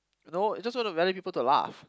you know you just want to rally people to laugh